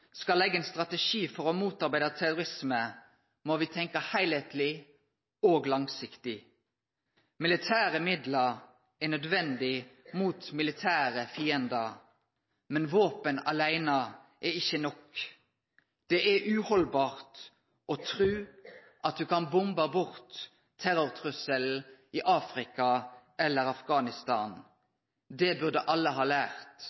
skal leggje ein strategi for å motarbeide terrorisme, må me tenkje heilskapleg og langsiktig. Militære middel er nødvendige mot militære fiendar, men våpen aleine er ikkje nok. Det er uhaldbart å tru at ein kan bombe bort terrortrusselen i Afrika eller Afghanistan. Det burde alle ha lært